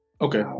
okay